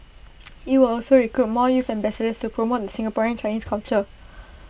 IT will also recruit more youth ambassadors to promote the Singaporean Chinese culture